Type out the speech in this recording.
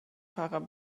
fahrer